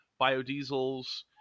biodiesels